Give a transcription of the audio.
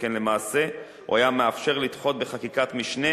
שכן למעשה הוא היה מאפשר לדחות בחקיקת משנה